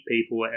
people